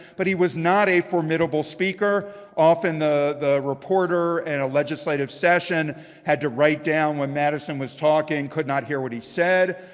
but he was not a formidable speaker. often the the reporter in and a legislative session had to write down when madison was talking could not hear what he said.